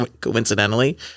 Coincidentally